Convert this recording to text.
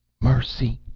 mercy!